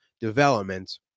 Development